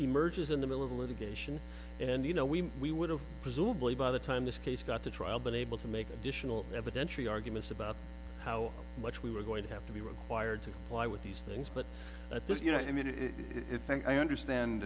emerges in the middle of a litigation and you know we we would have presumably by the time this case got to trial been able to make additional evidence arguments about how much we were going to have to be required to live with these things but at this you know i mean if i understand